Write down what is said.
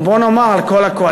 או, בואו נאמר, על כל הקואליציה.